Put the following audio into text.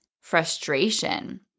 frustration